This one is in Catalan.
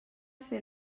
fet